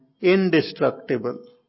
indestructible